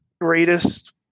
greatest